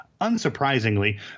Unsurprisingly